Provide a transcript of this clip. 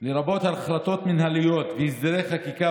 לרבות החלטות מינהליות והסדרי חקיקה